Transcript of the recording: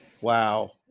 Wow